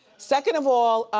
second of all,